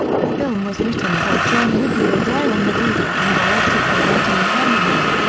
the film was written by john ridley and aaron mcgruder and directed by anthony hemingway.